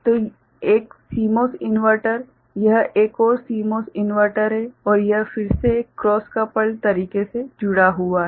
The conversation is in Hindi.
तो एक CMOS इन्वर्टर यह एक और CMOS इन्वर्टर है और यह फिर से एक क्रॉस कपल्ड तरीके से जुड़ा हुआ है